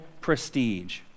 prestige